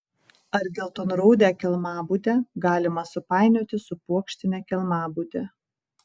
ar geltonraudę kelmabudę galima supainioti su puokštine kelmabude